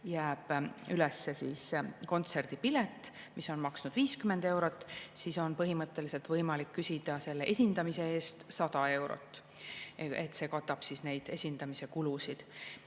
jääb üles kontserdipilet, mis maksis 50 eurot, siis on põhimõtteliselt võimalik küsida esindamise eest 100 eurot – see katab esindamise kulusid.